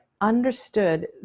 understood